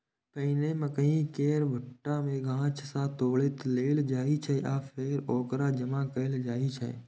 पहिने मकइ केर भुट्टा कें गाछ सं तोड़ि लेल जाइ छै आ फेर ओकरा जमा कैल जाइ छै